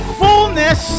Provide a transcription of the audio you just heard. fullness